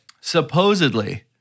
supposedly